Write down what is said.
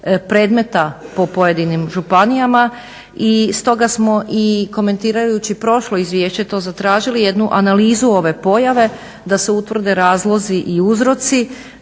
predmeta po pojedinim županijama. I stoga smo komentirajući prošlo izvješće to zatražili jednu analizu ove pojave da se utvrde razlozi i uzroci